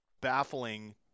baffling